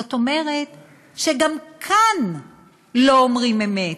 זאת אומרת שגם כאן לא אומרים אמת.